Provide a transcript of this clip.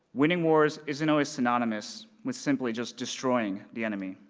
winning wars isn't always synonymous with simply just destroying the enemy.